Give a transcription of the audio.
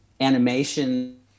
Animation